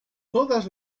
todas